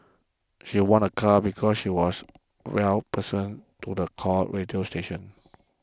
she won a car because she was twelfth person to the call radio station